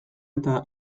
eta